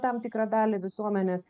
tam tikrą dalį visuomenės